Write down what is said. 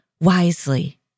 wisely